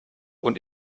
und